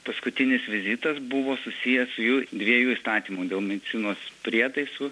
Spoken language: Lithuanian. paskutinis vizitas buvo susijęs su jų dviejų įstatymų dėl medicinos prietaisų